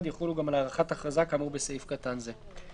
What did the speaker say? יחולו גם על הארכת הכרזה כאמור בסעיף קטן זה.